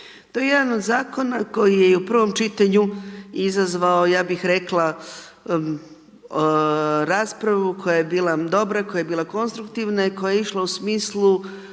To je jedan od zakona koji je i u prvom čitanju izazvao ja bih rekla raspravu koja je bila dobra, koja je bila konstruktivna i koja je išla u smislu